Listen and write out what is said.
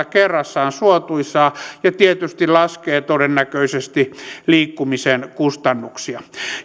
kerrassaan suotuisaa ja tietysti laskee todennäköisesti liikkumisen kustannuksia